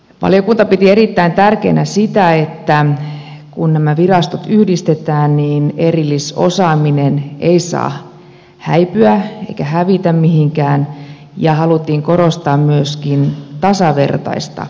valiokunta piti erittäin tärkeänä sitä että kun nämä virastot yhdistetään niin erillisosaaminen ei saa häipyä eikä hävitä mihinkään ja haluttiin korostaa myöskin tasavertaista yhteistyötä